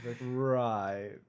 Right